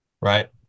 right